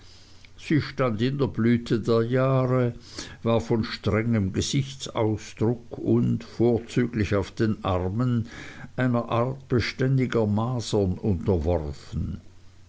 sie stand in der blüte der jahre war von strengem gesichtsausdruck und vorzüglich auf den armen einer art beständiger masern unterworfen